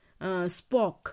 Spock